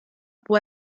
può